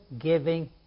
giving